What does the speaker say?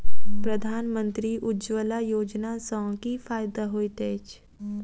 प्रधानमंत्री उज्जवला योजना सँ की फायदा होइत अछि?